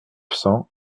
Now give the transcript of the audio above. cent